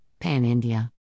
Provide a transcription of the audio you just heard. pan-India